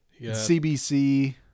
CBC